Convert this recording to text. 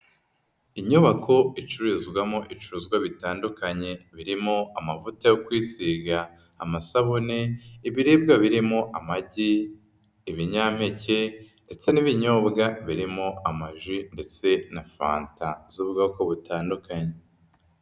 Inyubako icururizwamo ibicuruzwa bitandukanye birimo amavuta yo kwisiga, amasabune, ibiribwa birimo amagi, ibinyampeke ndetse n'ibinyobwa birimo amaji ndetse na fanta z'ubwoko butandukanye.